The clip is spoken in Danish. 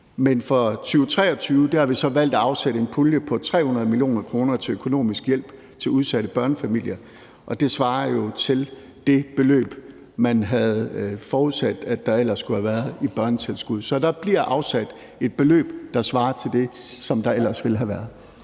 Men for 2023 har vi så valgt at afsætte en pulje på 300 mio. kr. til økonomisk hjælp til udsatte børnefamilier – og det svarer jo til det beløb, man havde forudsat der ellers skulle have været i børnetilskud. Så der bliver afsat et beløb, der svarer til det, som der ellers ville have været.